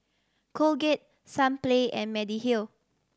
Colgate Sunplay and Mediheal